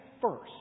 first